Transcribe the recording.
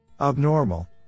Abnormal